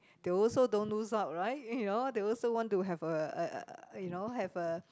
they also don't lose out right you know they want also to have a a a a you know have a